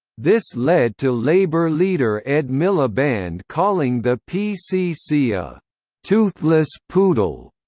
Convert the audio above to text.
this led to labour leader ed miliband calling the pcc a toothless poodle,